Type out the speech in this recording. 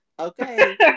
Okay